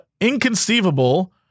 Inconceivable